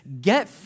get